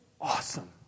awesome